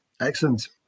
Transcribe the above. Excellent